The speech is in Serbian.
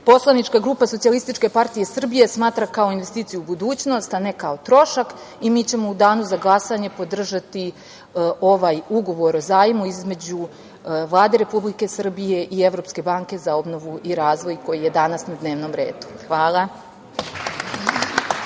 poslanička grupa Socijalističke partije Srbije smatra kao investiciju u budućnost, a ne kao trošak i mi ćemo u danu za glasanje podržati ovaj Ugovor o zajmu između Vlade Republike Srbije i Evropske banke za obnovu i razvoj, koji je danas na dnevnom redu. Hvala.